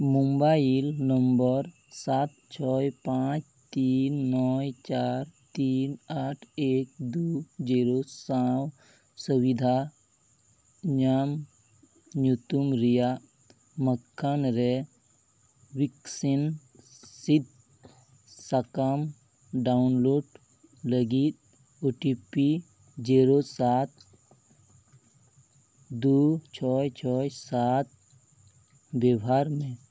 mobile number ᱥᱟᱛ ᱪᱷᱚᱭ ᱯᱟᱸᱪ ᱛᱤᱱ ᱱᱚᱭ ᱪᱟᱨ ᱛᱤᱱ ᱟᱴ ᱮᱠ ᱫᱩ ᱡᱤᱨᱳ ᱥᱟᱶ ᱥᱩᱵᱤᱫᱷᱟ ᱧᱟᱢ ᱧᱩᱛᱩᱢ ᱨᱮᱭᱟᱜ ᱢᱟᱠᱷᱚᱱ ᱨᱮ ᱵᱷᱮᱠᱥᱤᱱ ᱥᱤᱫᱽ ᱥᱟᱠᱟᱢ ᱰᱟᱣᱩᱱᱞᱳᱰ ᱞᱟᱹᱜᱤᱫ ᱳ ᱴᱤ ᱯᱤ ᱡᱤᱨᱳ ᱥᱟᱛ ᱫᱩ ᱪᱷᱚᱭ ᱪᱷᱚᱭ ᱥᱟᱛ ᱵᱮᱵᱷᱟᱨ ᱢᱮ